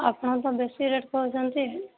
ଆପଣ ତ ବେଶି ରେଟ୍ କହୁଛନ୍ତି